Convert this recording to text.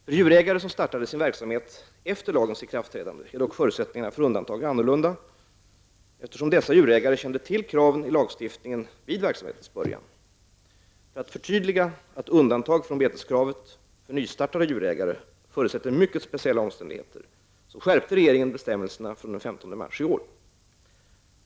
För djurägare som startade sin verksamhet efter lagens ikraftträdande är dock förutsättningarna för undantag annorlunda, eftersom dessa djurägare kände till kraven i lagstiftningen vid verksamhetens början. För att förtydliga att undantag från beteskravet för nystartade djurägare förutsätter mycket speciella omständigheter skärpte regeringen bestämmelserna från den 15 mars i år.